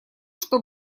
что